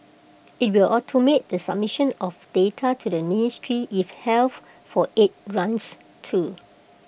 IT will automate the submission of data to the ministry if health for aid grants too